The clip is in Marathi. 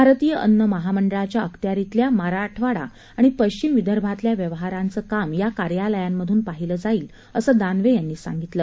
भारतीय अन्न महामंडळाच्या अखत्यारितल्या मराठवाडा आणि पश्चिम विदर्भातल्या व्यवहारांचं काम या कार्यालयांमधून पाहिलं जाईल असं दानवे यांना सांगितलं